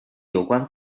有关